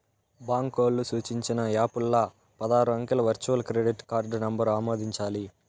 బాంకోల్లు సూచించిన యాపుల్ల పదారు అంకెల వర్చువల్ క్రెడిట్ కార్డు నంబరు ఆమోదించాలి